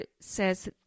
says